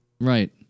Right